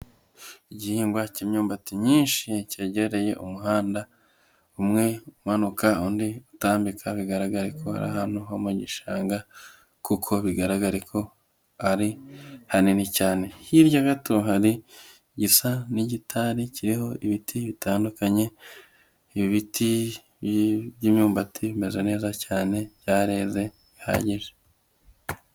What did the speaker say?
Igihingwa cy'imyumbati myinshi cyegereye umuhanda, umwe umanuka undi utambika bigaragare ko ari ahantu ho mu gishanga kuko bigaragare ko ari hanini cyane, hirya gato hari igisa n'igitari kiriho ibiti bitandukanye, ibiti by'imyumbati bimeze neza cyane, byareze bihagije.